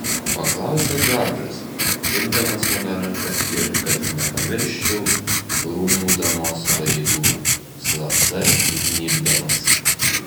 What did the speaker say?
paklausė džordžas imdamas mano ranką ir kad nepamirščiau rūmų damos pareigų slapta įgnybdamas